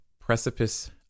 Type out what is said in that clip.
precipice